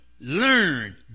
learn